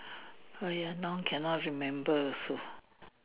!aiya! now cannot remember also